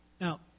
Now